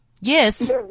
Yes